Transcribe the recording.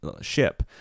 ship